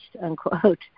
unquote